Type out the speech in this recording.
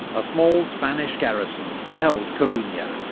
a small spanish garrison held coruna,